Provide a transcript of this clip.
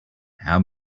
how